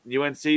UNC